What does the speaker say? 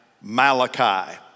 Malachi